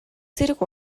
зэрэг